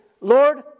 Lord